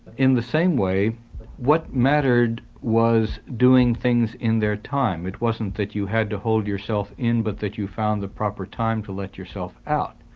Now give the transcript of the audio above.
in the same way what mattered was doing things in their time. it wasn't that you had to hold yourself in, but that you found the proper time to let yourself out,